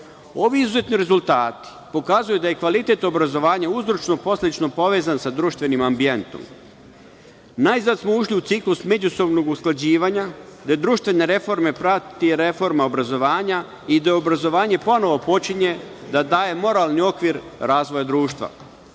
izuzetni rezultati pokazuju da je kvalitet obrazovanja uzročno- poslovično povezan sa društvenim ambijentom. Najzad smo ušli u ciklus međusobnog usklađivanja, da društvene reforme prati reforma obrazovanja i da obrazovanje ponovo počinje da daje moralni okvir razvoja društva.